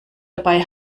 dabei